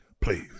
please